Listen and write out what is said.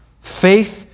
faith